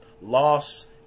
Loss